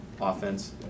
offense